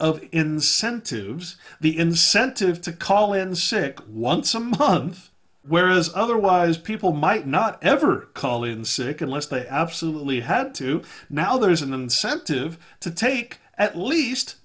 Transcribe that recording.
of incentives the incentive to call in sick once a month whereas otherwise people might not ever call in sick unless they absolutely had to now there's an incentive to take at least